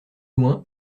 loin